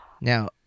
Now